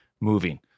moving